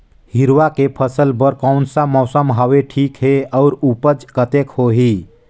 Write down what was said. हिरवा के फसल बर कोन सा मौसम हवे ठीक हे अउर ऊपज कतेक होही?